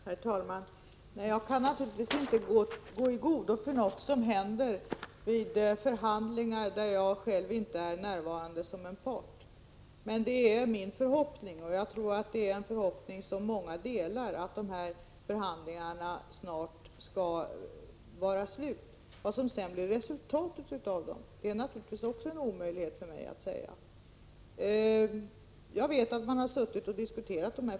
Herr talman! Jag kan naturligtvis inte gå i god för något som händer vid förhandlingar där jag själv inte är närvarande som part. Det är min förhoppning — som jag tror att många delar — att förhandlingarna, där dessa frågor har diskuterats ganska länge, snart skall vara avslutade.